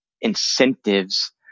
incentives